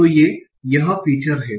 तो ये यह फीचर् है